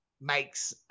makes